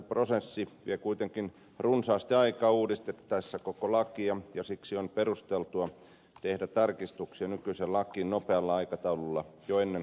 lainsäädäntöprosessi vie kuitenkin runsaasti aikaa uudistettaessa koko lakia ja siksi on perusteltua tehdä tarkistuksia nykyiseen lakiin nopealla aikataululla jo ennen kokonaisuudistusta